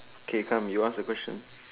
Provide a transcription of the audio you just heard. okay come you ask the question